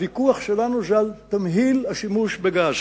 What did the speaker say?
הוויכוח שלנו הוא על תמהיל השימוש בגז,